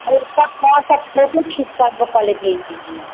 और उसका थोड़ा सा फोटो खींचकर हमको पहले भेज दीजिए